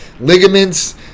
ligaments